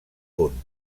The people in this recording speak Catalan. punt